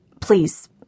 Please